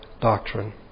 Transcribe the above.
doctrine